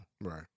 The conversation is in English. Right